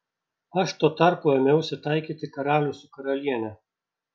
aš tuo tarpu ėmiausi taikyti karalių su karaliene